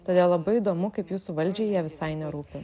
todėl labai įdomu kaip jūsų valdžiai jie visai nerūpi